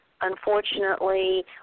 unfortunately